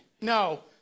No